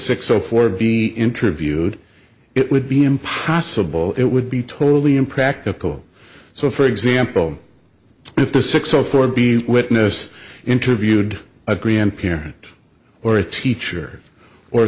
zero four be interviewed it would be impossible it would be totally impractical so for example if the six o four b witness interviewed a grandparent or a teacher or